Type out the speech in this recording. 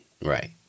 Right